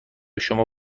شما